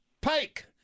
pike